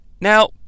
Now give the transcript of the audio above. Now